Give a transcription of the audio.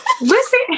Listen